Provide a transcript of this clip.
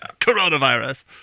Coronavirus